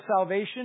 salvation